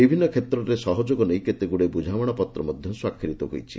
ବିଭିନ୍ନ କ୍ଷେତ୍ରରେ ସହଯୋଗ ନେଇ କେତେଗ୍ରଡିଏ ବ୍ରଝାମଣାପତ୍ର ମଧ୍ୟ ସ୍ୱାକ୍ଷରିତ ହୋଇଛି